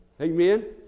Amen